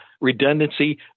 redundancy